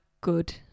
good